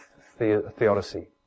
Theodicy